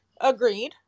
Agreed